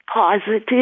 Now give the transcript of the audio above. positive